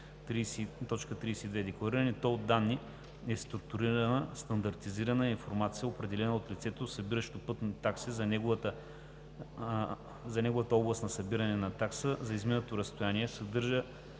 тол данни“ е структурирана, стандартизирана информация, определена от лицето, събиращо пътни такси за неговата област на събиране на такса за изминато разстояние, съдържаща